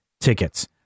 tickets